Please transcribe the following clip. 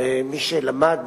מי שלמד